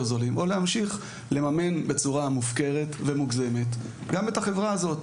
זולים או להמשיך לממן בצורה מופקרת ומוגזמת גם את החברה הזאת.